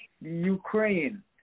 Ukraine